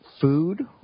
food